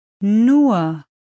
nur